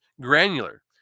granular